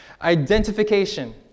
Identification